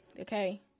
Okay